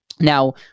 now